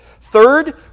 Third